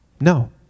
No